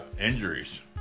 injuries